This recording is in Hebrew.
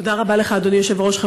תודה רבה לך, אדוני היושב-ראש.